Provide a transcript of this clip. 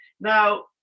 Now